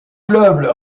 club